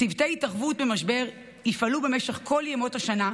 צוותי ההתערבות במשבר יפעלו במשך כל ימות השנה,